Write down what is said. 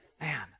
Man